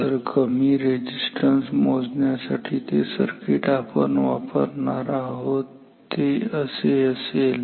तर कमी रेझिस्टन्स मोजण्यासाठी जे सर्किट आपण वापरणार आहोत ते असे असेल